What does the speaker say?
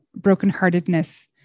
brokenheartedness